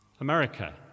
America